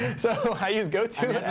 so i use go to